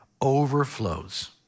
overflows